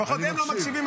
לפחות הם לא מקשיבים,